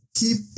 keep